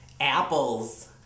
apples